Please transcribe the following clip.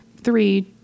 Three